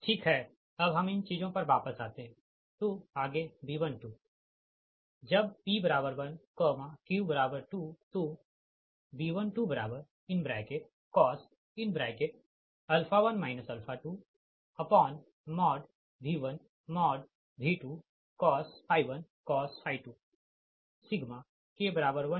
ठीक है अब हम इन चीजों पर वापस आते है तो आगे B12 है जब p1q2 तो B12 cos 1 2 V1V2cos 1cos 2 K1NBRAK1AK2RK